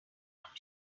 want